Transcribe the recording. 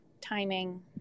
timing